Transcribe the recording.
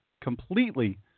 completely